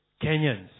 Kenyans